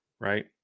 right